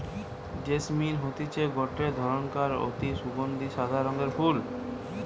jasmine হতিছে গটে ধরণকার অতি সুগন্ধি সাদা রঙের ফুল